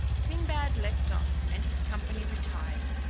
sinbad left off, and his company retired,